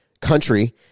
country